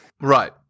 Right